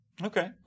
Okay